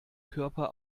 körper